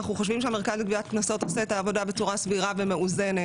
אנחנו חושבים שהמרכז לגביית קנסות עושה את העבודה בצורה סבירה ומאוזנת,